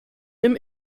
him